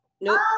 Nope